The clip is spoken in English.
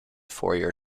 fourier